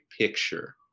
picture